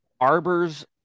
arbors